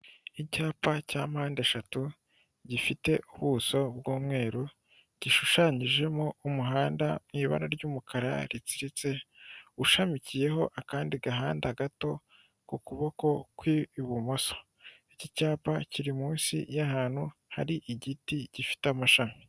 Icyapa cya mpande eshatu gifite ubuso bw'umweru gishushanyijemo umuhanda mu ibara ry'umukara ritsiritse, ushamikiyeho akandi gahanda gato ku kuboko kw'ibumoso. Iki cyapa kiri munsi y'ahantu hari igiti gifite amashami.